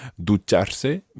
ducharse